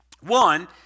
One